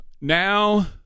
now